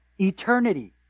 eternity